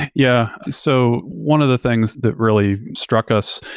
and yeah. so one of the things that really struck us,